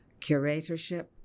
curatorship